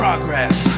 Progress